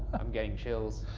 i'm getting chills.